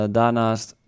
daarnaast